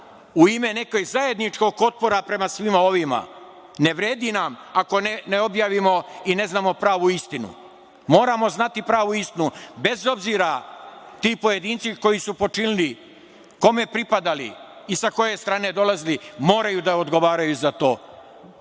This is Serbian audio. u ime nekog zajedničkog otpora prema svima ovima. Ne vredi nam ako ne objavimo i ne znamo pravu istinu. Moramo znati pravu istinu, bez obzira, ti pojedinci koji su počinili kome pripadali i sa koje strane dolazili moraju da odgovaraju za to.